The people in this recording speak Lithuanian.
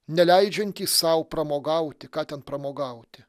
neleidžiantys sau pramogauti ką ten pramogauti